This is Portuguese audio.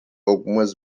algumas